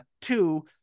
Two